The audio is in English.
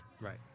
right